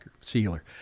sealer